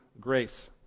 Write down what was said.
grace